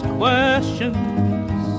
questions